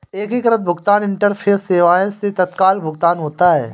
एकीकृत भुगतान इंटरफेस सेवाएं से तत्काल भुगतान होता है